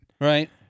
right